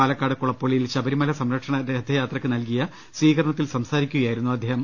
പാലക്കാട് കുളപ്പുള്ളിയിൽ ശബരിമല സംരക്ഷണ രഥയാത്രക്ക് നൽകിയ സ്വീകരണത്തിൽ പ്രസംഗിക്കുകയായിരുന്നു അദ്ദേഹം